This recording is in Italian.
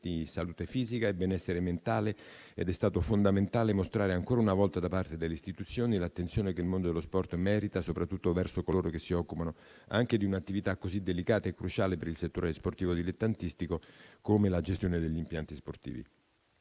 di salute fisica e benessere mentale. È stato fondamentale mostrare ancora una volta da parte delle istituzioni l'attenzione che il mondo dello sport merita, soprattutto verso coloro che si occupano anche di un'attività così delicata e cruciale per il settore sportivo dilettantistico, come la gestione degli impianti sportivi.